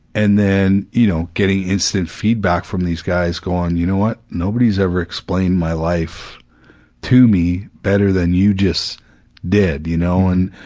and then, you know, getting instant feedback from these guys going, you know what? nobody's ever explained my life to me, better than you just did, you know, and,